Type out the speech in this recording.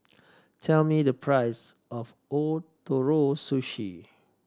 tell me the price of Ootoro Sushi